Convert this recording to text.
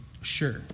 sure